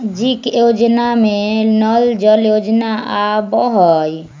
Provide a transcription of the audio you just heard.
सामाजिक योजना में नल जल योजना आवहई?